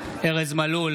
ארז מלול,